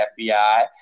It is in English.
FBI